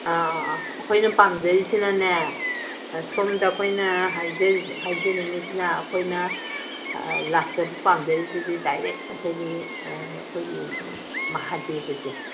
ꯑꯥ ꯑꯥ ꯑꯥ ꯑꯩꯈꯣꯏꯅ ꯄꯥꯝꯖꯔꯤꯁꯤꯅꯅꯦ ꯁꯣꯝꯗ ꯑꯩꯈꯣꯏꯅ ꯍꯥꯏꯖꯔꯤꯁꯦ ꯍꯥꯏꯖꯅꯤꯡꯏꯁꯤꯅ ꯑꯩꯈꯣꯏꯅ ꯂꯥꯛꯆꯕ ꯄꯥꯝꯖꯔꯤꯁꯤꯗꯤ ꯗꯥꯏꯔꯦꯛ ꯑꯩꯈꯣꯏꯒꯤ ꯑꯩꯈꯣꯏꯒꯤ ꯃꯍꯥꯗꯦꯕꯁꯦ